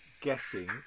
guessing